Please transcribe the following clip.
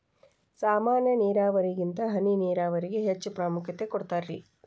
ಸಾಮಾನ್ಯ ನೇರಾವರಿಗಿಂತ ಹನಿ ನೇರಾವರಿಗೆ ಹೆಚ್ಚ ಪ್ರಾಮುಖ್ಯತೆ ಕೊಡ್ತಾರಿ